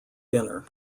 dinner